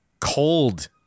cold